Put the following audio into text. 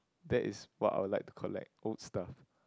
that is what I would like to collect old stuff